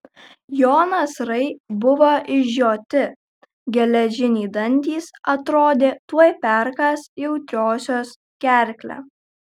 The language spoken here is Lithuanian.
jo nasrai buvo išžioti geležiniai dantys atrodė tuoj perkąs jautriosios gerklę